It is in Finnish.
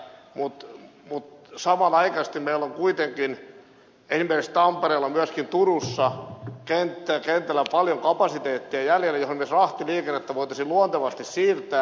mutta samanaikaisesti meillä on kuitenkin esimerkiksi tampereella ja myöskin turussa kentällä paljon kapasiteettia jäljellä ja sinne myös rahtiliikennettä voitaisiin luontevasti siirtää